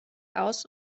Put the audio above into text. aus